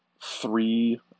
three –